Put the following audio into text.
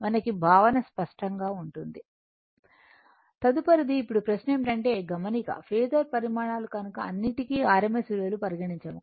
మనకి భావన స్పష్టంగా ఉంటుంది తదుపరిది ఇప్పుడు ప్రశ్న ఏమిటంటే గమనిక ఫేసర్ పరిమాణాలు కనుక అన్నిటికి rms విలువలు పరిగణించాము